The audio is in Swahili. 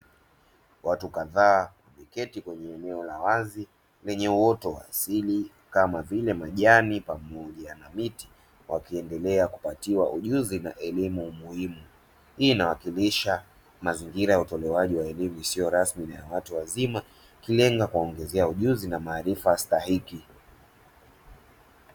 Watu kadhaa wameketi kwenye eneo la wazi lenye uoto wa asili kama vile majani pamoja na miti wakiendelea kupatiwa ujuzi na elimu muhimu. Hii inawakilisha mazingira ya utolewaji wa elimu isiyo rasmi na ya watu wazima ikilenga kuwaongezea ujuzi na maarifa stahiki.